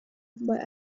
but